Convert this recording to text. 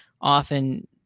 often